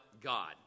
God